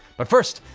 but first,